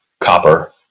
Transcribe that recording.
copper